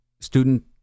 student